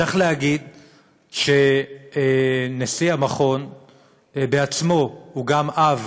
צריך להגיד שנשיא המכון בעצמו הוא גם אב,